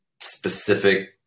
specific